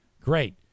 Great